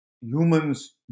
humans